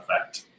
effect